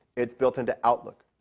it's built into outlook.